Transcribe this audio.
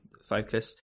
focus